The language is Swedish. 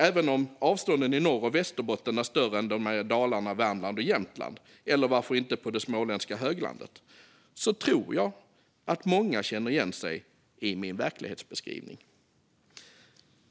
Även om avstånden i Norrbotten och Västerbotten är större än de är i Dalarna, Värmland och Jämtland, eller varför inte på det småländska höglandet, tror jag att många känner igen sig i min verklighetsbeskrivning.